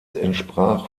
entsprach